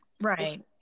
Right